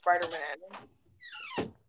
spider-man